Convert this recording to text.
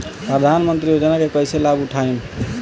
प्रधानमंत्री योजना के कईसे लाभ उठाईम?